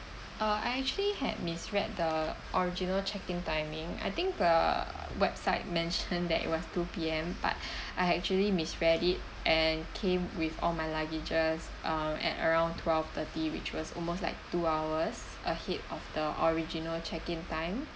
uh I actually had misread the original check in timing I think uh website mentioned that it was two P_M but I actually misread it and came with all my luggages um at around twelve thirty which was almost like two hours ahead of the original check in time